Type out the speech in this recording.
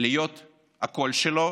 להיות הקול שלו